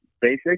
basic